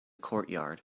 courtyard